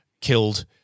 killed